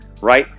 right